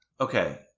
okay